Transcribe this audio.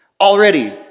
already